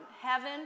heaven